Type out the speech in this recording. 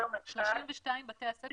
32 בתי הספר,